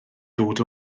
dod